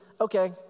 okay